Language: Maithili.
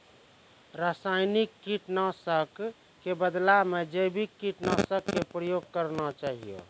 रासायनिक कीट नाशक कॅ बदला मॅ जैविक कीटनाशक कॅ प्रयोग करना चाहियो